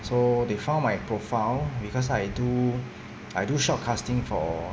so they found my profile because I do I do shout casting for